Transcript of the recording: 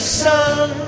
sun